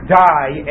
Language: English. die